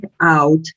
out